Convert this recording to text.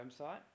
website